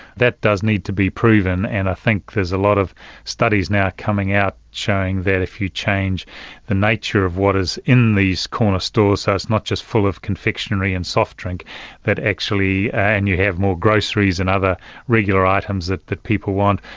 that does need to be proven, and i think there's a lot of studies now coming out showing that if you change the nature of what is in these corner stores, so it's not just full of confectionery and soft drink and you have more groceries and other regular items that that people want,